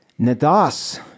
Nadas